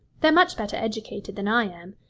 they're much better educated than i am,